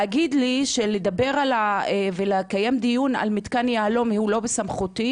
להגיד לי שלדבר ולקיים דיון על מתקן יהלו"ם הוא לא בסמכותי?